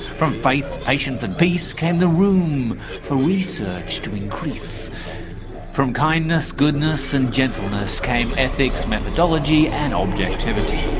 from faith, patience and peace came the room for research to increase from kindness, goodness and gentleness came ethics, methodology and objectivity.